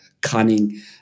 cunning